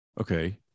Okay